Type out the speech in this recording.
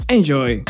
Enjoy